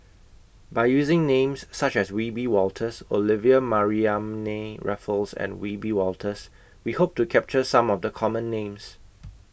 By using Names such as Wiebe Wolters Olivia Mariamne Raffles and Wiebe Wolters We Hope to capture Some of The Common Names